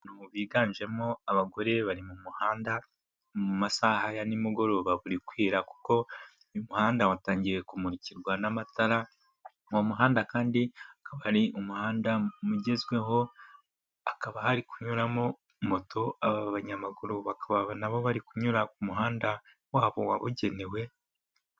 Abantu biganjemo abagore bari mu muhanda mu masaha ya ni mugoroba, buri kwira kuko umuhanda watangiye kumurikirwa n'amatara, mu muhanda kandi akaba ari umuhanda ugezweho hari kunyuramo moto. Abanyamaguru nabo bari kunyura ku muhanda wabo wabugenewe.